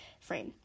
frame